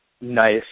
nice –